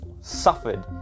suffered